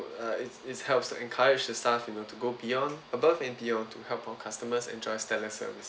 uh it it helps to encourage the staff you know to go beyond above and beyond to help our customers enjoy stellar service